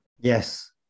Yes